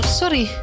sorry